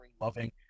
loving